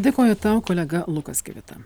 dėkoju tau kolega lukas kivita